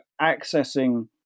accessing